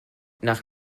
nach